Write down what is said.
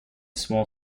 small